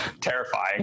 terrifying